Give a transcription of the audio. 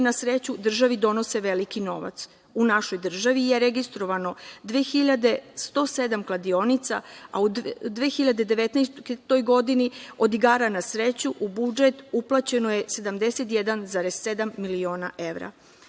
na sreću državi donose veliki novac. U našoj državi je registrovano 2.107 kladionica, a u 2019. godini od igara na sreću u budžet uplaćeno je 71,7 miliona evra.